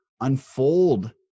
Unfold